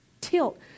tilt